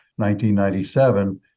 1997